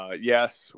Yes